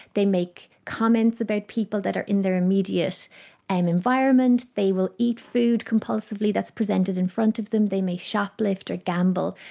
they make comments about people that are in their immediate and environment, they will eat food compulsively compulsively that's presented in front of them, they may shoplift or gamble.